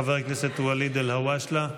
חבר הכנסת ואליד אלהואשלה,